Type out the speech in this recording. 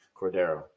Cordero